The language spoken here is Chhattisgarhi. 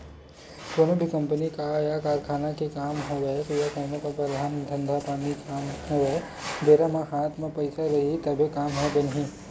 कोनो भी कंपनी या कारखाना के काम होवय या कोनो परकार के धंधा पानी के काम होवय बेरा म हात म पइसा रइही तभे काम ह बनही